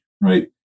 right